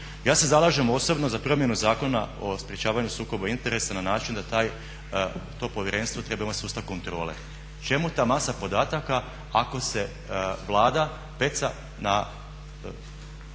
Ja se zalažem osobno za promjenu Zakona o sprječavanju sukoba interesa na način da to povjerenstvo treba imati sustav kontrole. Čemu ta masa podataka ako se Vlada peca na